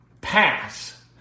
pass